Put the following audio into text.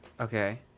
Okay